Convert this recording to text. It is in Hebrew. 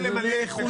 קשה למלא את מקומו.